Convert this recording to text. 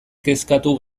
kezkatu